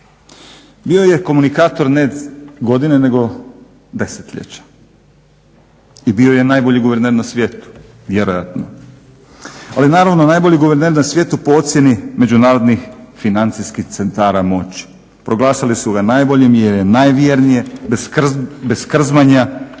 Bio je komunikator ne godine nego desetljeća. I bio je najbolji guverner na svijetu, vjerojatno. Ali naravno najbolji guverner na svijetu po ocjeni međunarodnih financijskih centara moći. Proglasili su ga najboljim jer je najvjernije bez krzmanja i